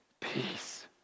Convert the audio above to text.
peace